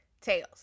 Tails